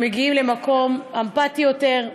מגיעים למקום אמפטי יותר,